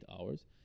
hours